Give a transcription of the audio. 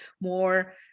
more